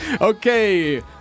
Okay